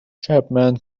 chapman